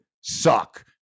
suck